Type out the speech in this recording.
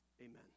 Amen